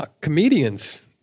comedians